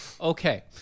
Okay